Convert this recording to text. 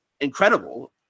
incredible